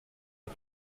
des